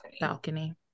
balcony